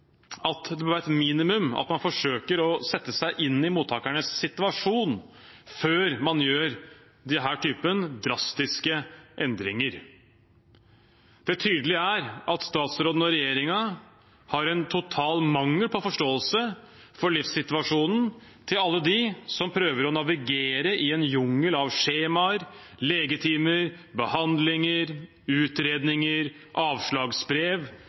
at det må være et minimum at man forsøker å sette seg inn i mottakernes situasjon, før man gjør denne typen drastiske endringer. Det er tydelig at statsråden og regjeringen har en total mangel på forståelse for livssituasjonen til alle dem som prøver å navigere i en jungel av skjemaer, legetimer, behandlinger, utredninger, avslagsbrev